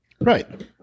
Right